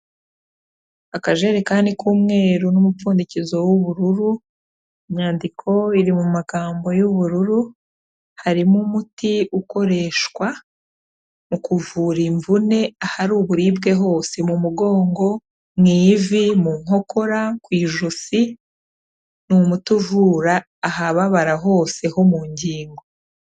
Akajerekani k'umweru n'umupfundikizo w'ubururu, inyandiko iri mu magambo y'ubururu, harimo umuti ukoreshwa mu kuvura imvune ahari uburibwe hose mu mugongo, mu ivi, mu nkokora, ku ijosi, ni umuti uvura ahababara hose ho mu ngingo.